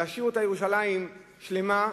להשאיר אותה ירושלים שלמה,